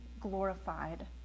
glorified